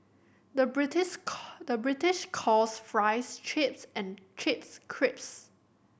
the the British calls fries chips and chips crisps